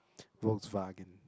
Volkswagen